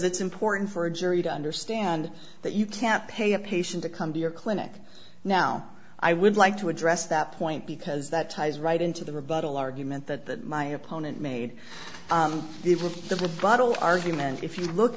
it's important for a jury to understand that you can't pay a patient to come to your clinic now i would like to address that point because that ties right into the rebuttal argument that my opponent made it with the rebuttal argument if you look